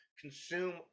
Consume